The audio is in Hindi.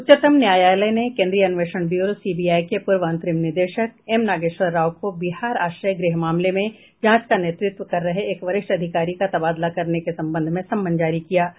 उच्चतम न्यायालय ने केंद्रीय अन्वेषण ब्यूरो सीबीआई के पूर्व अंतरिम निदेशक एम नागेश्वर राव को बिहार आश्रय गृह मामले में जांच का नेतृत्व कर रहे एक वरिष्ठ अधिकारी का तबादला करने के संबंध में सम्मन जारी किए